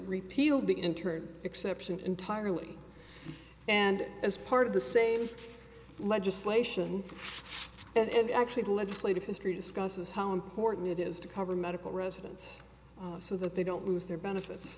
repealed the interim exception entirely and as part of the same legislation and actually the legislative history discusses how important it is to cover medical residents so that they don't lose their benefits